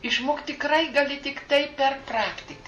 išmokt tikrai gali tiktai per praktiką